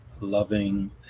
loving